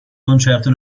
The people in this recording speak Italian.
concerto